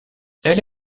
elle